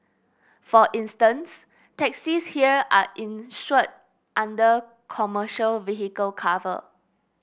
for instance taxis here are insured under commercial vehicle cover